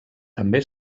també